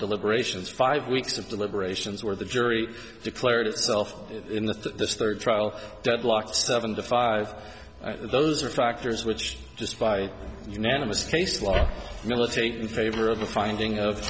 deliberations five weeks of deliberations where the jury declared itself in the third trial deadlocked seven to five those are factors which just by unanimous case law militate in favor of the finding of